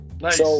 Nice